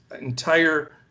entire